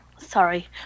sorry